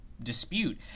dispute